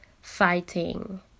fighting